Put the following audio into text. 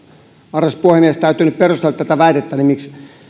arvoisa puhemies täytyy nyt perustella tätä väitettäni miksi